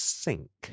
sink